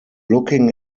looking